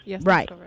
Right